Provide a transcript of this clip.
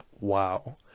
wow